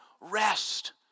rest